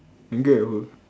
angry at who